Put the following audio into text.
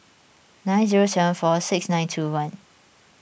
nine zero seven four six nine two one